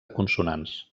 consonants